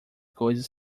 coisas